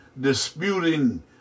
disputing